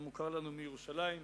המוכר לנו מירושלים ומחיפה.